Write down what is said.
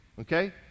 Okay